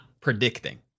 predicting